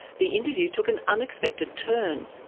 the interview took an unexpected turn.